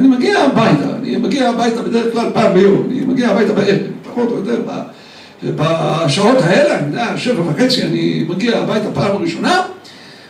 ‫אני מגיע הביתה, אני מגיע הביתה ‫בדרך כלל פעם ביום, ‫אני מגיע הביתה בערב פחות או יותר ‫בשעות האלה, ‫אני יודע, שבע וחצי? ‫אני מגיע הביתה פעם ראשונה,